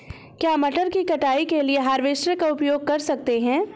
क्या मटर की कटाई के लिए हार्वेस्टर का उपयोग कर सकते हैं?